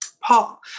Paul